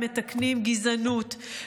מתקנים גזענות,